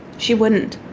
she wouldn't.